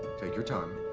take your time.